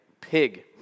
pig